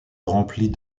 remplit